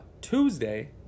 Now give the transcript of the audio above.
Tuesday